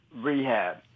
rehab